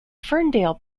ferndale